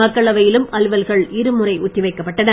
மக்களவையிலும் அலுவல்கள் இருமுறை ஒத்திவைக்கப் பட்டன